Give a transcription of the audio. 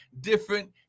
different